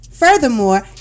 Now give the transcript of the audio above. Furthermore